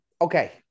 okay